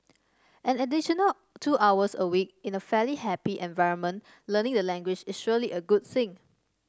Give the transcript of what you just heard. an additional two hours a week in a fairly happy environment learning the language is surely a good thing